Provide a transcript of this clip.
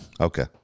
Okay